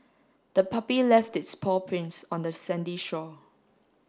the puppy left its paw prints on the sandy shore